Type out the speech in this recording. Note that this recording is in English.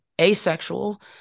asexual